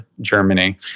Germany